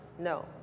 No